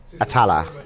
Atala